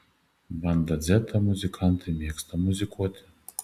banda dzeta muzikantai mėgsta muzikuoti